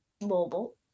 Mobile